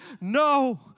no